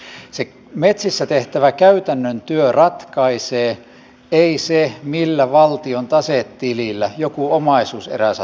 se metsissä tehtävä käytännön työ ratkaisee ei se millä valtion tasetilillä joku omaisuuserä sattuu olemaan